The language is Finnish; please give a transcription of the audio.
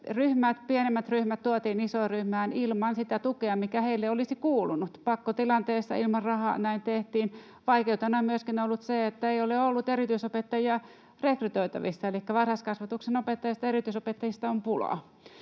Pienemmät ryhmät tuotiin isoon ryhmään ilman sitä tukea, mikä heille olisi kuulunut. Pakkotilanteessa ilman rahaa näin tehtiin. Vaikeutena on myöskin ollut se, että ei ole ollut erityisopettajia rekrytoitavissa, elikkä varhaiskasvatuksen erityisopettajista on pulaa.